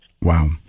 Wow